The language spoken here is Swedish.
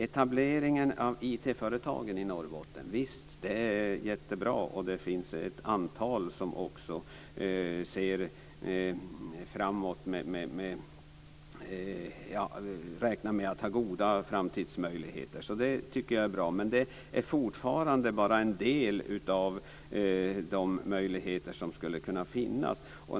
Etableringen av IT-företag i Norrbotten är jättebra. Det finns ett antal företag som har goda framtidsmöjligheter. Det tycker jag är bra. Men det är fortfarande bara en del av de möjligheter som skulle kunna finnas.